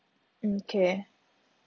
okay